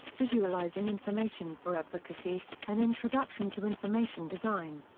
visualizing information for advocacy an introduction to information design.